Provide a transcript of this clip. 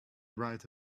write